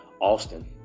Austin